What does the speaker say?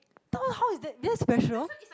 don't know how is that that's special